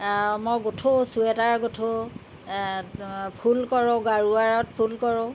মই গুঠো চুৱেটাৰ গুঠো ফুল কৰোঁ গাৰুৱাৰত ফুল কৰোঁ